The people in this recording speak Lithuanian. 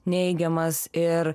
neigiamas ir